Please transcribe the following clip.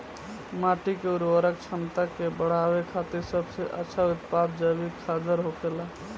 माटी के उर्वरक क्षमता के बड़ावे खातिर सबसे अच्छा उत्पाद जैविक खादर होखेला